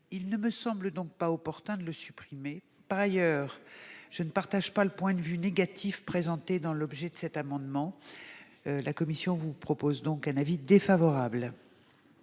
Il ne me semble donc pas opportun de le supprimer. Par ailleurs, je ne partage pas le point de vue négatif présenté dans l'objet de cet amendement. La commission émet par conséquent un avis défavorable.